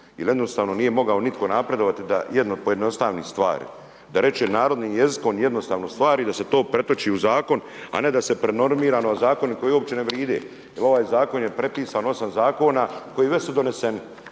jer jednostavno nije mogao nitko napredovati da jednom pojednostavi stvari. Da reče narodnim jezikom jednostavnu stvar i da se to pretoči u zakon a ne da se prenormiraju zakoni koji uopće ne vrijede jer ovaj zakon je prepisan, 8 zakona koji jesu doneseni,